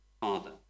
Father